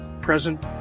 present